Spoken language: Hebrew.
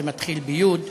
זה מתחיל ביו"ד,